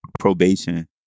probation